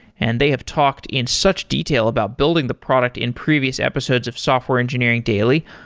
and they have talked in such detail about building the product in previous episodes of software engineering daily.